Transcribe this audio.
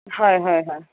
হয় হয় হয়